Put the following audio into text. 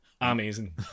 amazing